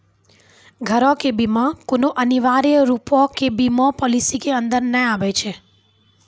घरो के बीमा कोनो अनिवार्य रुपो के बीमा पालिसी के भीतर नै आबै छै